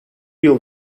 yıl